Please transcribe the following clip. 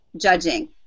judging